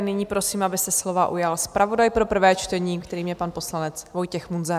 Nyní prosím, aby se slova ujal zpravodaj pro prvé čtení, kterým je pan poslanec Vojtěch Munzar.